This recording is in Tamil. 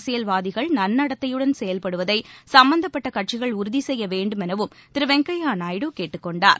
அரசியல்வாதிகள் நன்னடத்தையுடன் செயல்படுவதை சும்பந்தப்பட்ட கட்சிகள் உறுதி செய்ய வேண்டுமெனவும் திரு வெங்கைய்யா நாயுடு கேட்டுக் கொண்டார்